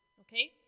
Okay